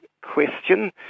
question